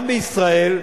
גם בישראל,